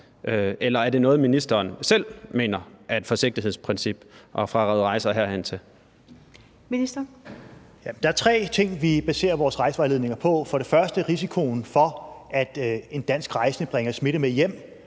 13:11 Udenrigsministeren (Jeppe Kofod): Der er tre ting, vi baserer vores rejsevejledninger på. For det første risikoen for, at en dansk rejsende bringer smitte med hjem